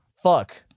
fuck